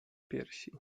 piersi